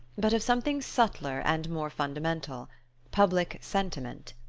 but of something subtler and more fundamental public sentiment.